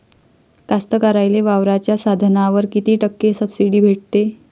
कास्तकाराइले वावराच्या साधनावर कीती टक्के सब्सिडी भेटते?